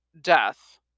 death